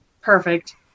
Perfect